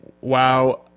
WoW